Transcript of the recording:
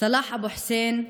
סלאח אבו חסיין,